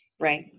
Right